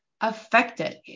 affected